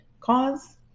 cause